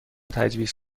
تجویز